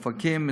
אופקים,